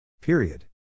Period